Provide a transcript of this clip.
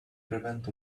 prevent